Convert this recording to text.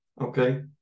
okay